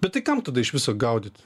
bet tai kam tada iš viso gaudyt